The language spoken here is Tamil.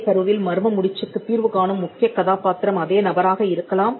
கதைக் கருவில் மர்ம முடிச்சுக்குத் தீர்வுகாணும் முக்கிய கதாபாத்திரம் அதே நபராக இருக்கலாம்